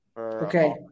Okay